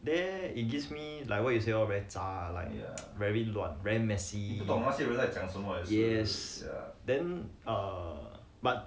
there it gives me like what you say lor very zha like very 乱 very messy yes then err but